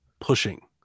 pushing